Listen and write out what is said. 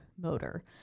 Motor